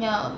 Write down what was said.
yeah